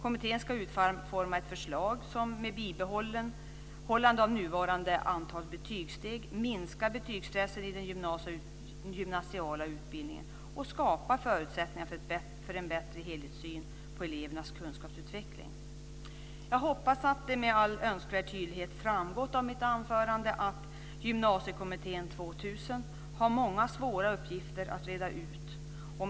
Kommittén ska utforma ett förslag som med bibehållande av nuvarande antal betygssteg minskar betygsstressen i den gymnasiala utbildningen och skapar förutsättningar för en bättre helhetssyn på elevernas kunskapsutveckling. Jag hoppas att det med all önskvärd tydlighet framgått av mitt anförande att Gymnasiekommittén 2000 har många svåra uppgifter att reda ut.